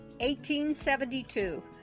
1872